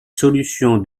solution